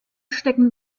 stecken